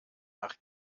nach